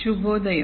శుభోదయం